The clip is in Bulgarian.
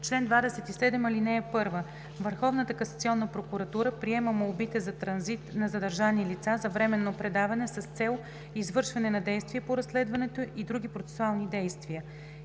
Чл. 27. (1) Върховната касационна прокуратура приема молбите за транзит на задържани лица, за временно предаване с цел извършване на действие по разследването и други процесуални действия,